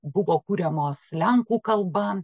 buvo kuriamos lenkų kalba